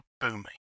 booming